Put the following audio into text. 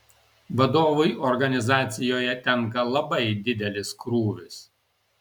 vadovui organizacijoje tenka labai didelis krūvis